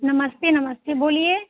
नमस्ते नमस्ते बोलिए